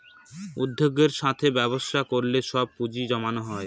উদ্যোগের সাথে ব্যবসা করলে সব পুজিঁ জমানো হয়